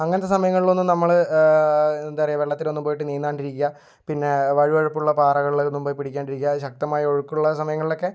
അങ്ങനത്തെ സമയങ്ങളിലൊന്നും നമ്മൾ എന്താ പറയുക വെള്ളത്തിലൊന്നും പോയിട്ട് നീന്താണ്ടിരിക്കുക പിന്നെ വഴുവഴുപ്പുള്ള പാറകളിലൊക്കെ ഒന്നും പോയി പിടിക്കാണ്ടിരിക്കുക ശക്തമായ ഒഴുക്കുള്ള സമയങ്ങളിലൊക്കെ